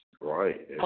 Right